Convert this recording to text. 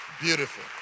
Beautiful